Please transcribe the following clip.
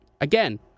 again